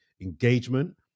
engagement